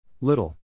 Little